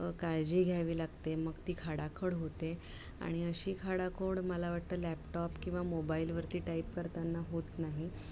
का काळजी घ्यावी लागते मग ती खाडाखड होते आणि अशी खाडाखड मला वाटतं लॅपटॉप किंवा मोबाईलवरती टाईप करताना होत नाही